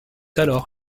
alors